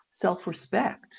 self-respect